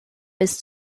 bis